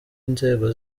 inzego